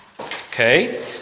Okay